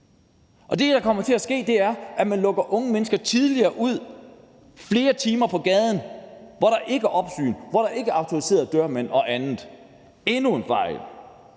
Og det, der kommer til at ske, er, at man lukker unge mennesker tidligere ud på gaden i flere timer, hvor der ikke er opsyn, og hvor der ikke er autoriserede dørmænd og andet. Det er endnu en fejl.